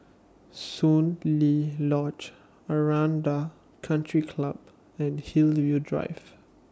Soon Lee Lodge Aranda Country Club and Hillview Drive